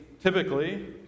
typically